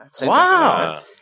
Wow